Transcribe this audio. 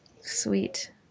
Sweet